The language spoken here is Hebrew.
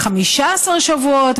ל-15 שבועות.